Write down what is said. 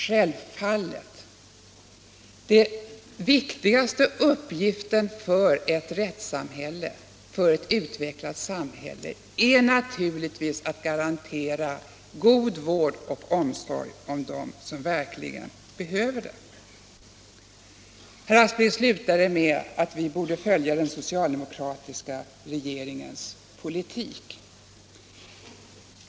Självfallet — den viktigaste uppgiften för ett välfärdssamhälle, för ett utvecklat samhälle, är naturligtvis att garantera god vård och omsorg om dem som verkligen behöver vård. Herr Aspling slutade med att säga att vi borde följa den socialdemokratiska regeringens politik.